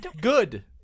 good